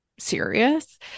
serious